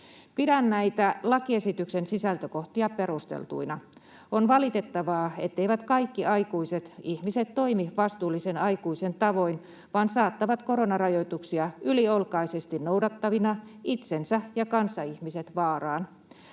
Pidän näitä lakiesityksen sisältökohtia perusteltuina. On valitettavaa, etteivät kaikki aikuiset ihmiset toimi vastuullisen aikuisen tavoin vaan saattavat koronarajoituksia yliolkaisesti noudattavina itsensä ja kanssaihmiset vaaraan.